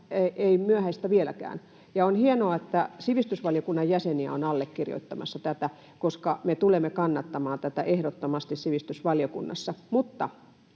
ole myöhäistä vieläkään. Ja on hienoa, että sivistysvaliokunnan jäseniä on ollut allekirjoittamassa tätä, koska me tulemme kannattamaan tätä ehdottomasti sivistysvaliokunnassa.